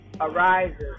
arises